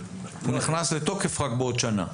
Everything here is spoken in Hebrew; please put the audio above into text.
הוא נכנס לתוקף רק בעוד שנה.